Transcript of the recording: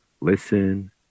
listen